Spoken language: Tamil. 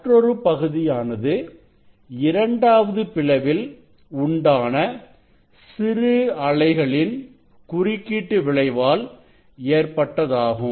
மற்றொரு பகுதியானது இரண்டாவது பிளவில் உண்டான சிறு அலைகளின் குறுக்கீட்டு விளைவால் ஏற்பட்டதாகும்